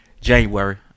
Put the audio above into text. january